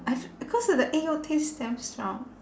I cause of the egg yolk taste damn strong